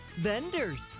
Vendors